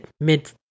mid